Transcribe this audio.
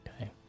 Okay